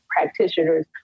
practitioners